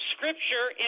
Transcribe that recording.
Scripture